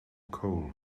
coal